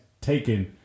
taken